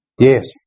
yes